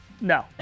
No